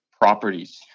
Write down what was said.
properties